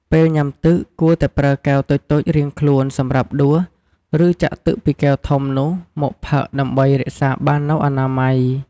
ពេលញ៊ាំទឹកគួរតែប្រើកែវតូចៗរៀងខ្លួនសម្រាប់ដួស ឬចាក់ទឹកពីកែវធំនោះមកផឹកដើម្បីរក្សាបាននូវអនាម័យ។